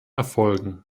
erfolgen